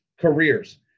careers